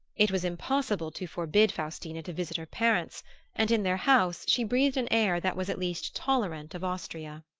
it was impossible to forbid faustina to visit her parents and in their house she breathed an air that was at least tolerant of austria.